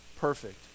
perfect